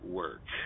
work